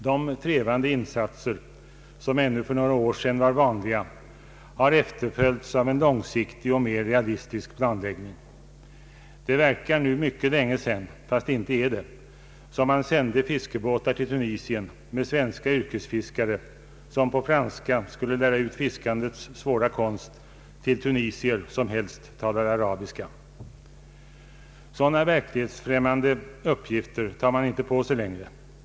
De trevande insatser som ännu för några år sedan var vanliga har efterföljts av en långsiktig och mer realistisk planlägggning. Det verkar nu mycket länge sedan — fastän det inte är det — som man sände fiskebåtar till Tunisien med svenska yrkesfiskare som på franska skulle lära ut fiskandets svåra konst till tunisier som helst talade arabiska. Sådana verklighetsfräm Ang. det statliga utvecklingsbiståndet mande uppgifter tar man inte på sig längre.